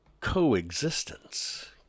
coexistence